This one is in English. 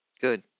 Good